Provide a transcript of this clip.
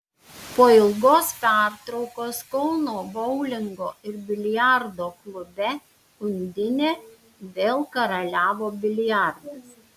po ilgos pertraukos kauno boulingo ir biliardo klube undinė vėl karaliavo biliardas